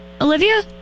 Olivia